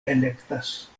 elektas